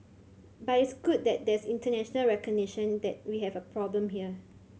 but it's good that there's international recognition that we have a problem here